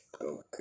Okay